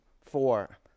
four